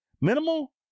minimal